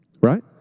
right